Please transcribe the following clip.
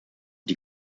die